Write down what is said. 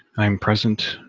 i am present,